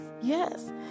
yes